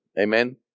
Amen